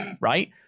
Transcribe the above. right